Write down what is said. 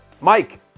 Mike